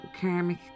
karmic